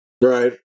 right